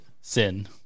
sin